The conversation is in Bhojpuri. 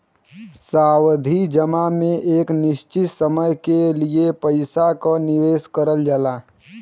सावधि जमा में एक निश्चित समय के लिए पइसा क निवेश करल जाला